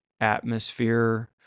atmosphere